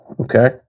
Okay